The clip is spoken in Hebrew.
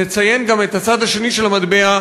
נציין גם את הצד השני של המטבע,